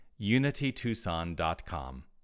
unitytucson.com